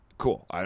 Cool